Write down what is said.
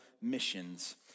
missions